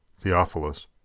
Theophilus